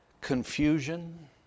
confusion